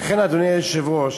לכן, אדוני היושב-ראש,